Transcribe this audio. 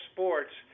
Sports